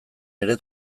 ere